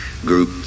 group